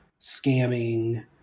scamming